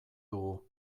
dugu